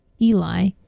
Eli